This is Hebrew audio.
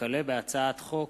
הצעת חוק